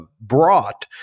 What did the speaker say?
Brought